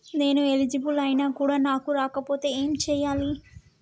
నేను ఎలిజిబుల్ ఐనా కూడా నాకు రాకపోతే ఏం చేయాలి?